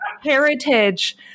heritage